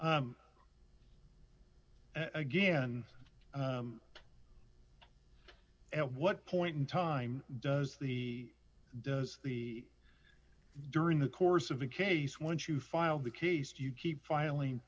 again at what point in time does the does the during the course of the case once you file the case do you keep filing